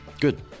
good